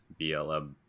blm